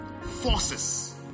Forces